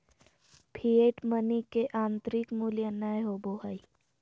fiat money के आंतरिक मूल्य नय होबो हइ